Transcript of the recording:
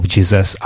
Jesus